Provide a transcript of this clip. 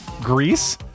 Greece